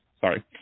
sorry